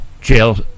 jail